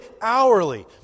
Hourly